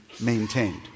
maintained